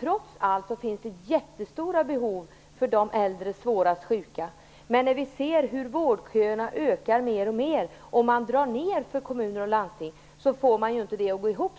Trots allt finns det väldigt stora behov hos de äldre svårast sjuka. Men när vårdköerna ökar mer och mer och man drar ned för kommuner och landsting går det inte ihop.